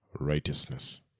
righteousness